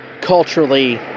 culturally